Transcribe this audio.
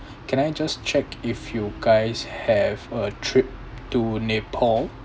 can I just check if you guys have a trip to nepal